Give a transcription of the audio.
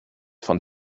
von